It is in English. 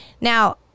Now